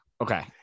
Okay